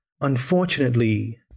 unfortunately